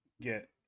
get